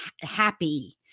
happy